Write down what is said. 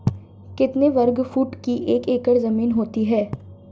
कितने वर्ग फुट की एक एकड़ ज़मीन होती है?